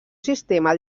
sistema